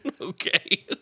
Okay